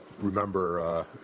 remember